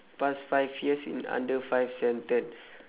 past five years in under five sentence